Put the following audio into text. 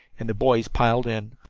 and the boys piled in.